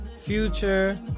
Future